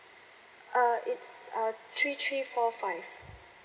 uh it's uh three three four five